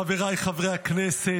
חבריי חברי הכנסת,